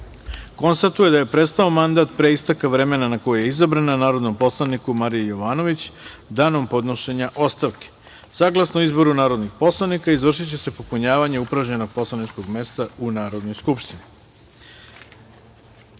konstatuje da je prestao mandat pre isteka vremena na koji je izabrana narodnom poslaniku Mariji Jovanović danom podnošenja ostavke. Saglasno Zakonu o izboru narodnih poslanika izvršiće se popunjavanje upražnjenog poslaničkog mesta u Narodnoj skupštini. Saglasno